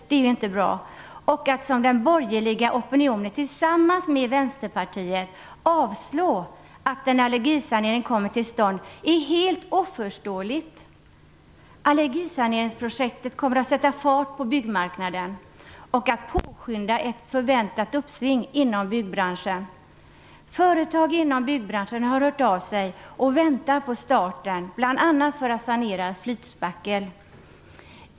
Det är helt oförståeligt att den borgerliga opinionen tillsammans med Vänsterpartiet vill avslå att en allergisanering kommer till stånd. Allergisaneringsprojektet kommer att sätta fart på byggmarknaden och påskynda ett förväntat uppsving inom byggbranschen. Företag inom byggbranschen har hört av sig och väntar på starten, bl.a. för att sanera flytspackel.